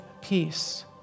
peace